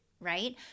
right